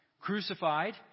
crucified